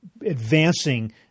advancing